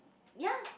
ya